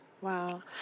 wow